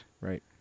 Right